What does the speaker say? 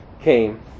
came